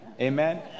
amen